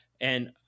and-